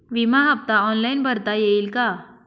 विमा हफ्ता ऑनलाईन भरता येईल का?